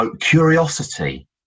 curiosity